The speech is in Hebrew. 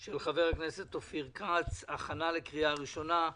של חבר הכנסת אופיר כץ, הכנה לקריאה ראשונה.